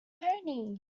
pony